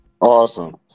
Awesome